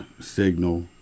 signal